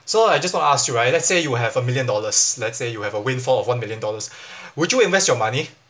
so I just want to ask you right let's say you have a million dollars lets say you have a windfall of one million dollars would you invest your money